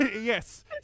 Yes